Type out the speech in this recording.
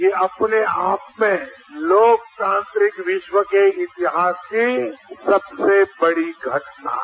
ये अपने आप में लोकतांत्रिक विश्व के इतिहास की सबसे बड़ी घटना है